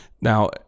Now